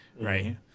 right